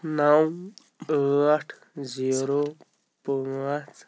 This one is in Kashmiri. نَو ٲٹھ زیٖرو پانٛژھ